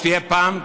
שתהיה פעם,